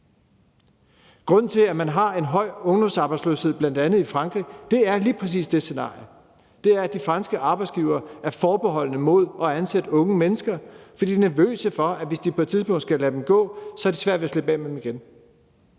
Grunden til, at man har en høj ungdomsarbejdsløshed, bl.a. i Frankrig, er lige præcis det scenarie. Det er, at de franske arbejdsgivere er forbeholdne over for at ansætte unge mennesker, for de er nervøse for, at hvis de på et tidspunkt skal lade dem gå, har de svært ved at slippe af med dem igen.